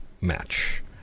Match